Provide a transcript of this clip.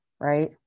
right